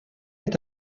est